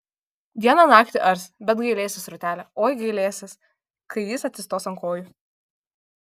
dieną naktį ars bet gailėsis rūtelė oi gailėsis kai jis atsistos ant kojų